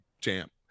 champ